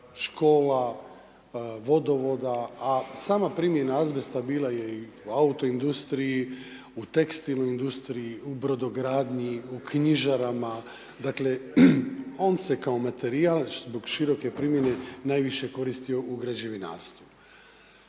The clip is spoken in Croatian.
škola, vodovoda, a sama primjena azbesta bila je i u autoindustriji, u tekstilnoj industriji u brodogradnji, u knjižarama, dakle, on se kao materijal zbog široke primjene najviše koristio u građevinarstvu.